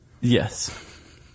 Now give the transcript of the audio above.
yes